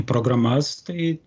programas tai